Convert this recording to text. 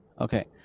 Okay